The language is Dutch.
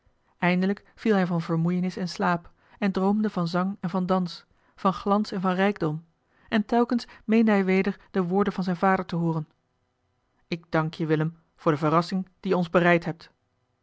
eindelijk viel hij van vermoeienis in slaap en droomde van zang eli heimans willem roda en van dans van glans en van rijkdom en telkens meende hij weder de woorden van zijn vader te hooren ik dank je willem voor de verrassing die je ons bereid hebt